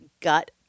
gut